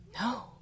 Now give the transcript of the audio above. No